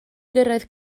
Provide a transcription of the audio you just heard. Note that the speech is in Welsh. gyrraedd